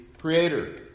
creator